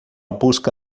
busca